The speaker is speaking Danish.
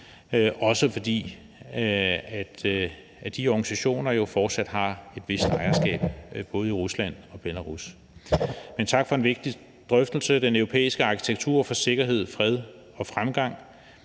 også fordi de organisationer jo fortsat har et vist ejerskab i både Rusland og Belarus. Men tak for en vigtig drøftelse. Den europæiske arkitektur for sikkerhed, fred og fremgang